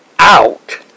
out